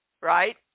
Right